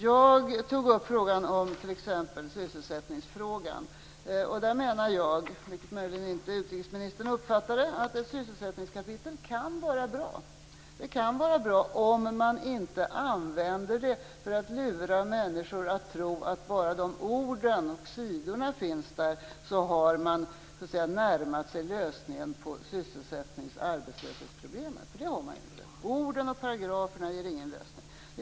Jag tog t.ex. upp sysselsättningsfrågan. Där menar jag, vilket möjligen utrikesministern inte uppfattade, att ett sysselsättningskapitel kan vara bra. Det kan vara bra om det inte används till att lura människor att tro att bara det att orden finns där gör att man har närmat sig lösningen på sysselsättnings och arbetslöshetsproblemet - för det har man ju inte. Orden och paragraferna ger ingen lösning.